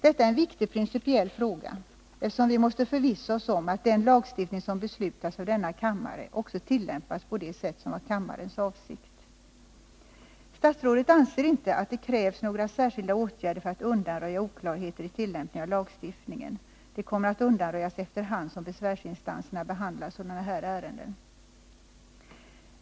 Detta är en viktig principiell fråga, eftersom vi måste förvissa oss om att den lagstiftning som beslutas av denna kammare också tillämpas på det sätt som var kammarens avsikt. Statsrådet anser emellertid inte att det krävs några särskilda åtgärder för att undanröja oklarheter i tillämpningen av den aktuella lagstiftningen. De kommer enligt statsrådet att undanröjas efter hand som besvärsinstanserna behandlar sådana här ärenden.